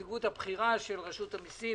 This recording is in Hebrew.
סגניתו ואת הנציגות הבכירה של רשות המיסים,